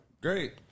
Great